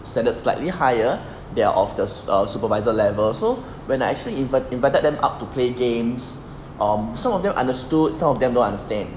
standard slightly higher they're of the err supervisor level so when I actually invite invited them up to play games um some of them understood some of them don't understand